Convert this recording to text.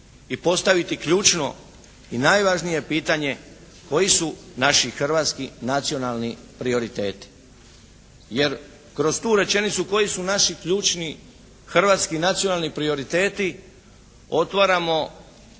i postaviti ključno i najvažnije pitanje, koji su naši hrvatski nacionalni prioriteti? Jer kroz tu rečenicu koji su naši ključni hrvatski nacionalni prioriteti otvaramo